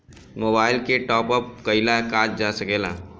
Mobile के top आप कराइल जा सकेला का?